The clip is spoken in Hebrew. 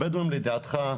הבדואים לידיעתך,